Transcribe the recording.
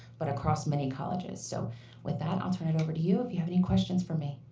but across many colleges. so with that, i'll turn it over to you, if you have any questions for me.